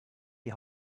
die